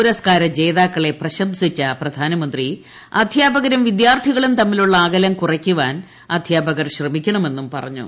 പുരസ്കാര ജേത്റക്ക്ളെ പ്രശംസിച്ച പ്രധാനമന്ത്രി അധ്യാപകരും വിദ്യാർത്ഥികളും തമ്മിലുള്ള അകലം കുറയ്ക്കുവാൻ അധ്യാപ്പകർ ശ്രമിക്കണമെന്നും പറഞ്ഞു